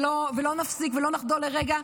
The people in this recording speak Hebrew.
לא נפסיק ולא נחדול לרגע,